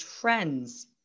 trends